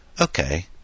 okay